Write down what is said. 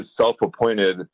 self-appointed